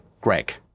greg